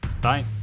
Bye